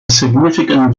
significant